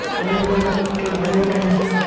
water to water,